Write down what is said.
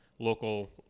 local